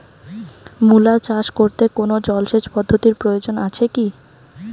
মূলা চাষ করতে কোনো জলসেচ পদ্ধতির প্রয়োজন আছে কী?